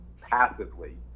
passively